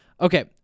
Okay